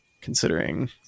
considering